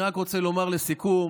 אני רק רוצה לומר לסיכום,